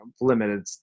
limited